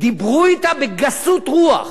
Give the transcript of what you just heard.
דיברו אתה בגסות רוח: